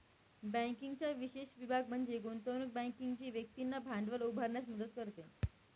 बँकिंगचा विशेष विभाग म्हणजे गुंतवणूक बँकिंग जी व्यक्तींना भांडवल उभारण्यास मदत करते